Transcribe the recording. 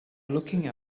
looking